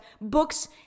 Books